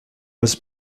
was